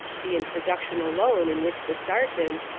the introduction alone in which the sergeant,